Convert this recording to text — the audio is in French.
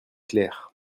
clair